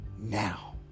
now